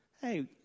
Hey